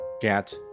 get